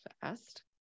fast